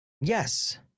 Yes